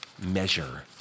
measure